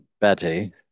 Betty